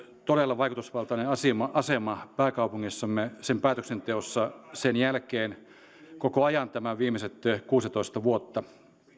todella vaikutusvaltainen asema asema pääkaupungissamme sen päätöksenteossa sen jälkeen koko ajan tämän viimeiset kuusitoista vuotta